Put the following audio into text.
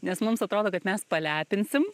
nes mums atrodo kad mes palepinsim